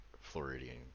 floridian